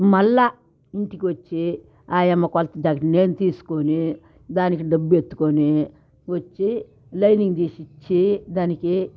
మళ్ళా ఇంటికి వచ్చి ఆయమ్మ కొలత దగ్గర నేను తీసుకొని దానికి డబ్బు ఎత్తుకొని వచ్చి లైనింగ్ తీసి ఇచ్చి దానికి